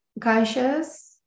conscious